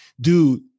dude